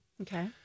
Okay